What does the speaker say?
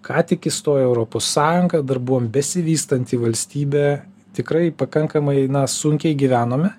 ką tik įstoję į europos sąjungą dar buvom besivystanti valstybė tikrai pakankamai na sunkiai gyvenome